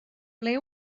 ble